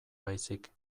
baizik